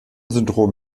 syndrom